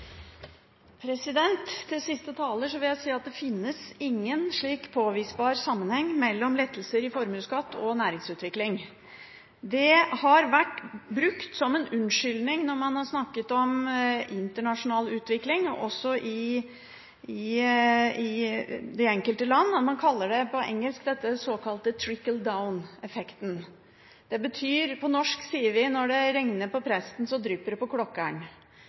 vil jeg si at det finnes ingen slik påvisbar sammenheng mellom lettelser i formuesskatt og næringsutvikling. Det har vært brukt som unnskyldning når man har snakket om internasjonal utvikling, også i de enkelte land – man kaller det på engelsk «trickle down»-effekten. På norsk sier vi: Når det regner på presten, drypper det på